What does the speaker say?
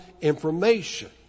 information